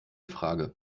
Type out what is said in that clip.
frage